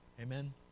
Amen